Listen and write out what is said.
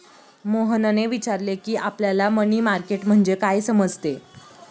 मोहनने विचारले की, आपल्याला मनी मार्केट म्हणजे काय समजते?